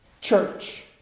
church